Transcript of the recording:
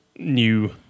new